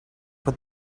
what